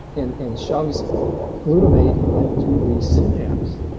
and and shoves glutamate into the synapse.